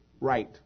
right